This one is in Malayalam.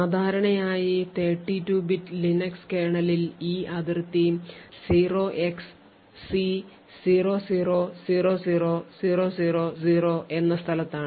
സാധാരണയായി 32 ബിറ്റ് ലിനക്സ് കേർണലിൽ ഈ അതിർത്തി 0xC0000000 എന്ന സ്ഥാനത്താണ്